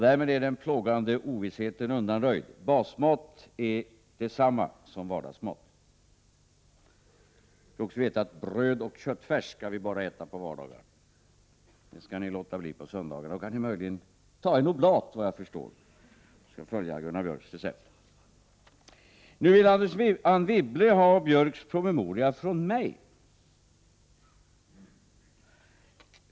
Därmed är den plågande ovissheten undanröjd. Basmat är detsamma som vardagsmat. Vi får också veta att bröd och köttfärs skall man bara äta på vardagarna. Detta skall man låta bli på söndagarna och möjligen ta en oblat, såvitt jag förstår, enligt Gunnar Björks recept. Nu vill Anne Wibble ha Gunnar Björks promemoria från mig.